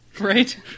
Right